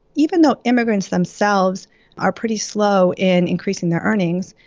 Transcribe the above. even though immigrants themselves are pretty slow in increasing their earnings,